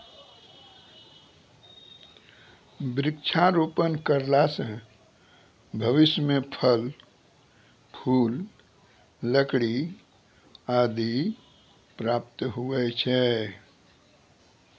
वृक्षारोपण करला से भविष्य मे फल, फूल, लकड़ी आदि प्राप्त हुवै छै